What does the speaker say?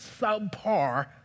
subpar